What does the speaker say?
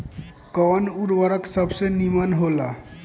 कवन उर्वरक सबसे नीमन होला?